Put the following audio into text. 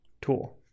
tool